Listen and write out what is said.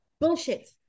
Bullshit